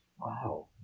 wow